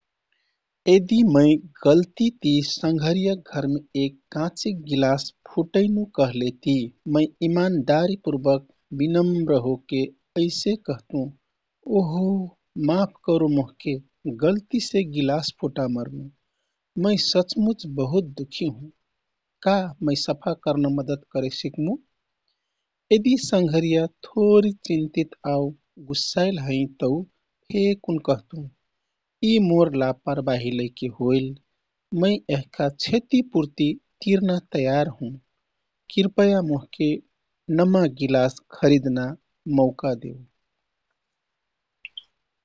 यदि मै गल्ती ती सँघरियाक घरमे एक काँचिक गिलास फुटैनु कहलेति, मै इमान्दारीपूर्वक, विनम्र होके ऐसे कहतुँः " ओहो! माफ करो मोहके गल्तीसे गिलास फुटामरनु। मै सचमुच बहुत दुःखी हुँ। का मै सफा कर्ना मद्दत करे सिकमु?" यदि सँघरिया थोरि चिन्तित आउ गुस्साइल हैँ तौ फेकुन कहतुँ "यी मोर लापरबाही लैके होइल। मै यहका क्षतिपूर्ति तिर्ना तयार हुँ। कृपया मोहके नमा गिलास खरिदना मौका देऊ।"